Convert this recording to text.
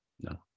No